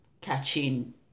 catching